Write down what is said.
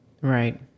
Right